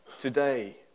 Today